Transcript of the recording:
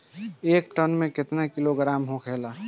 एक टन मे केतना किलोग्राम होखेला?